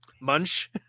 Munch